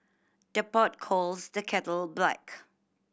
the pot calls the kettle black